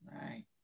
Right